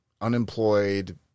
unemployed